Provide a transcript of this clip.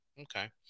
Okay